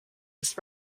his